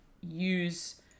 use